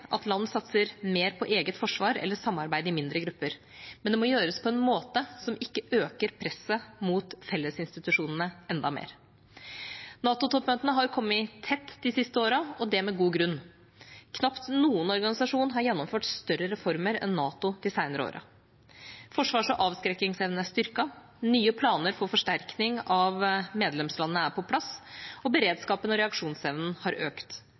at land satser mer på eget forsvar eller samarbeid i mindre grupper. Men det må gjøres på en måte som ikke øker presset på fellesinstitusjonene enda mer. NATO-toppmøtene har kommet tett disse siste årene, og det med god grunn: Knapt noen organisasjon har gjennomført større reformer enn NATO de senere årene. Forsvars- og avskrekkingsevnen er styrket. Nye planer for forsterking av medlemslandene er på plass. Beredskapen og reaksjonsevnen har økt.